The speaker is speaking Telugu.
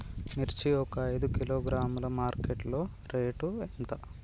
మిర్చి ఒక ఐదు కిలోగ్రాముల మార్కెట్ లో రేటు ఎంత?